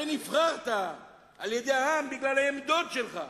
הרי נבחרת על-ידי העם בגלל העמדות שלך,